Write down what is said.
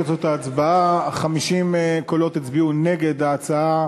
תוצאות ההצבעה: 50 קולות הצביעו נגד ההצעה,